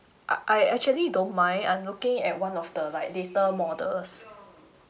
ah I actually don't mind I'm looking at one of the like later models